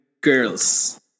girls